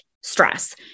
stress